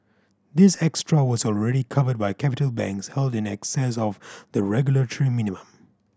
this extra was already covered by capital banks held in excess of the regulatory minimum